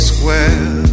Square